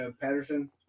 Patterson